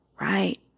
Right